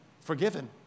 forgiven